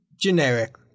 Generic